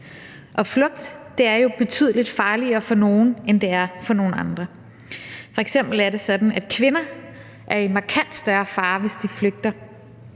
flugt er jo betydelig farligere for nogle, end det er for nogle andre. F.eks. er det sådan, at kvinder er i markant større fare, hvis de flygter,